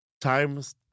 Times